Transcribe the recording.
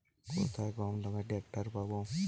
কোথায় কমদামে ট্রাকটার পাব?